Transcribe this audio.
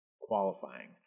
qualifying